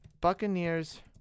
Buccaneers